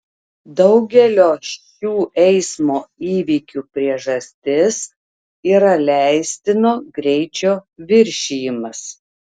daugelio šių eismo įvykių priežastis yra leistino greičio viršijimas